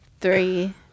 Three